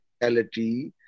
reality